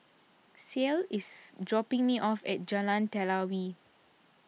Ceil is dropping me off at Jalan Telawi